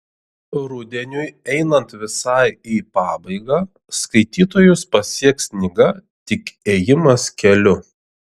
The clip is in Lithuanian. rudeniui einant visai į pabaigą skaitytojus pasieks knygą tik ėjimas keliu